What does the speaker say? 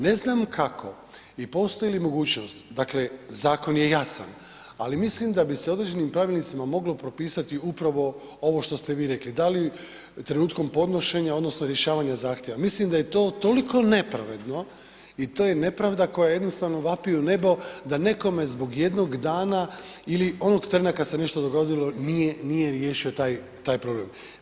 Ne znam kako i postoji li mogućnost, dakle, zakon je jasan, ali mislim da bi se određenim pravilnicima moglo propisat upravo ovo što ste vi rekli, da li trenutkom podnošenje, odnosno rješavanja zahtjeva, mislim da je to toliko nepravedno i to je nepravda koja jednostavno vapi u nebo da nekome zbog jednog dana ili onog treba kad se nešto dogodilo nije riješio taj problem.